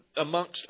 ...amongst